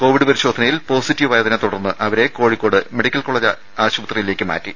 Covid പരിശോധനയിൽ positive ആയതിനെ തുടർന്ന് അവരെ കോഴിക്കോട് മെഡിക്കൽ കോളജിലേക്ക് മാറ്റി